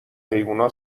حیوونا